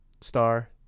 star